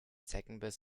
zeckenbiss